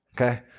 Okay